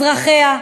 על אזרחיה,